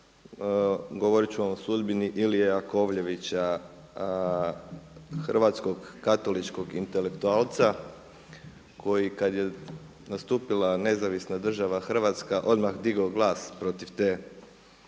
govorit ću vam o sudbini Ilije Jakovljevića hrvatskog katoličkog intelektualca koji kada je nastupila NDH odmah digao glas protiv te